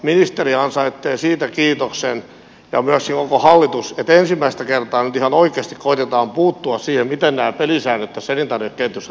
ministeri ansaitsee siitä kiitoksen ja myöskin koko hallitus että ensimmäistä kertaa nyt ihan oikeasti koetetaan puuttua siihen miten nämä pelisäännöt tässä elintarvikeketjussa tapahtuvat